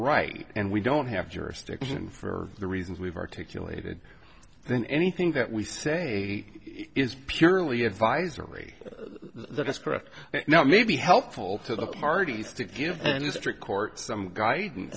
right and we don't have jurisdiction for the reasons we've articulated then anything that we say is purely advisory that is correct now it may be helpful to the parties to give and strict court some guidance